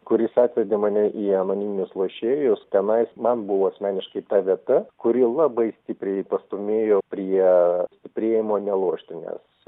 kuris atvedė mane į anoniminius lošėjus tenai man buvo asmeniškai ta vieta kuri labai stipriai pastūmėjo priee stiprėjimo nelošti nes